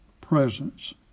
presence